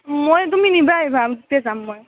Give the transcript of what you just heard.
মই তুমি নিব আহিবা তেতিয়া যাম মই